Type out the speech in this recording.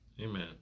Amen